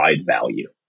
value